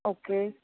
okay